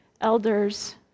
elders